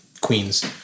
Queens